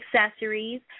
Accessories